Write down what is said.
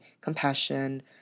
compassion